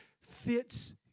fits